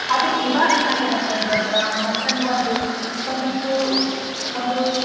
ಆದರೆ ಈವಾಗ ಏನು ಆಗ್ಯಾದ ಅಂತ ಅಂದು ಹೇಳದ್ರೆ ಮನುಷ್ಯನ ಒಂದು ಒಂದು ದು ಒಂದು